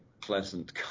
pleasant